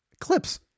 clips